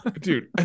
dude